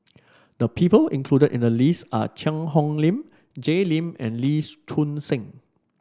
the people included in the list are Cheang Hong Lim Jay Lim and Lees Choon Seng